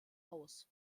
aus